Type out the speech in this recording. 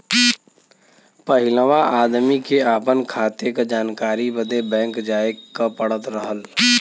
पहिलवा आदमी के आपन खाते क जानकारी बदे बैंक जाए क पड़त रहल